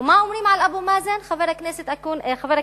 ומה אומרים על אבו מאזן, חבר הכנסת אקוניס?